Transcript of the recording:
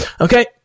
okay